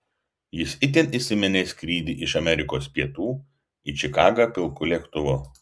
jis itin įsiminė skrydį iš amerikos pietų į čikagą pilku lėktuvu